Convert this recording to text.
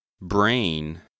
Brain